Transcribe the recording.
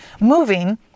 moving